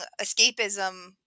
escapism